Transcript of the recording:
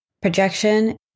Projection